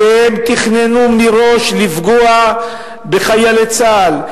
שהם תכננו מראש לפגוע בחיילי צה"ל,